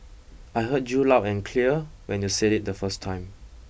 I heard you loud and clear when you said it the first time